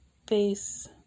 face